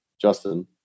Justin